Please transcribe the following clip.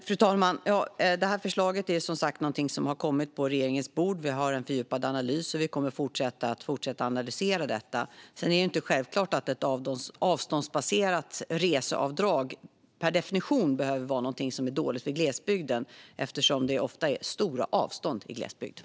Fru talman! Det här förslaget är som sagt något som har kommit på regeringens bord. Vi har en fördjupad analys, och vi kommer att fortsätta att analysera detta. Sedan är det inte självklart att ett avståndsbaserat reseavdrag per definition behöver vara någonting som är dåligt för glesbygden eftersom det ofta är stora avstånd där.